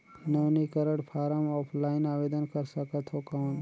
नवीनीकरण form offline आवेदन कर सकत हो कौन?